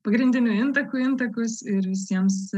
pagrindinių intakų intakus ir visiems